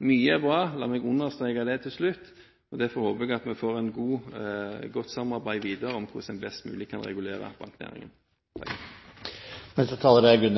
Mye er bra, la meg til slutt understreke det. Derfor håper jeg at vi får et godt samarbeid videre om hvordan en best mulig kan regulere banknæringen. Det er